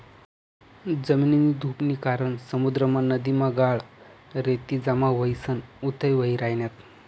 जमीननी धुपनी कारण समुद्रमा, नदीमा गाळ, रेती जमा व्हयीसन उथ्थय व्हयी रायन्यात